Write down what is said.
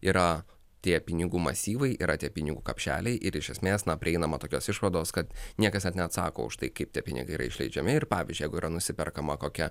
yra tie pinigų masyvai yra tie pinigų kapšeliai ir iš esmės na prieinama tokios išvados kad niekas net neatsako už tai kaip tie pinigai yra išleidžiami ir pavyzdžiui jeigu yra nusiperkama kokia